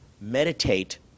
Meditate